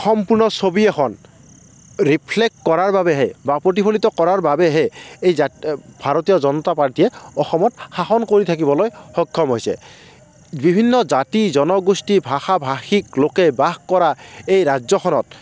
সম্পূৰ্ণ ছবি এখন ৰিফ্লেক্ট কৰাৰ বাবেহে বা প্ৰতিফলিত কৰাৰ বাবেহে এই ভাৰতীয় জনতা পাৰ্টীয়ে অসমত শাসন কৰি থাকিবলৈ সক্ষম হৈছে বিভিন্ন জাতি জনগোষ্ঠী ভাষা ভাষিক লোকে বাস কৰা এই ৰাজ্যখনত